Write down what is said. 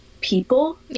people